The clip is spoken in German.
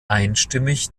einstimmig